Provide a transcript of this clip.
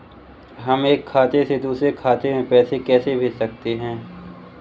हम एक खाते से दूसरे खाते में पैसे कैसे भेज सकते हैं?